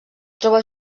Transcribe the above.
troba